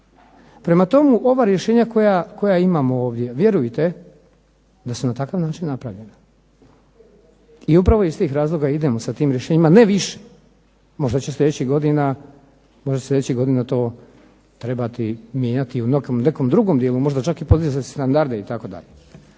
Prema tomu ova rješenja koja imamo ovdje, vjerujte da su na takav način napravljena. I upravo iz tih razloga idemo sa tim rješenjima, ne više, možda će sljedećih godina, možda će sljedećih godina to trebati mijenjati u nekom drugom dijelu, možda čak i podizati standarde itd.